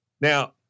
Now